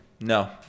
No